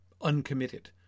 uncommitted